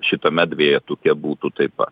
šitame dvejetuke būtų taip pat